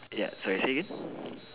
ya sorry say again